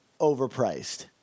overpriced